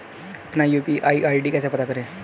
अपना UPI ID कैसे पता करें?